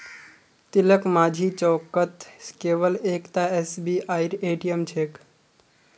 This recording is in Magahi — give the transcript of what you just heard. तिलकमाझी चौकत केवल एकता एसबीआईर ए.टी.एम छेक